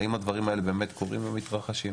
האם הדברים האלה באמת קורים ומתרחשים.